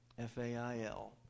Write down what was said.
F-A-I-L